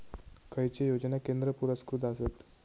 खैचे योजना केंद्र पुरस्कृत आसत?